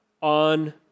on